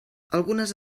algunes